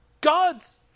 God's